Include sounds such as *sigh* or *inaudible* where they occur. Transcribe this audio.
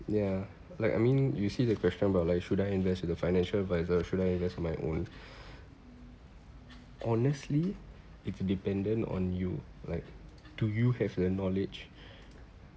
ya like I mean you see the question about like should I invest in the financial adviser should I invest on my own *breath* honestly it's dependent on you like do you have the knowledge